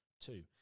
Two